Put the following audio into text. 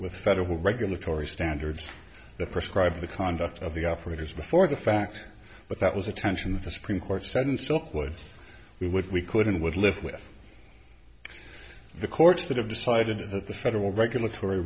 with federal regulatory standards that prescribe the conduct of the operators before the fact but that was a tension that the supreme court said in silkwood we would we could and would live with the courts that have decided that the federal regulatory